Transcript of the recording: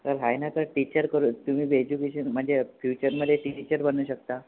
sir आहे ना sir teacher करून तुम्ही ब एज्युकेशन म्हणजे फ्युचरमधे टीचर बनू शकता